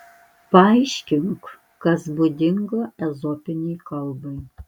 paaiškink kas būdinga ezopinei kalbai